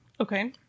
okay